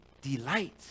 delight